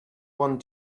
want